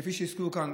כפי שהזכירו כאן,